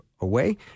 away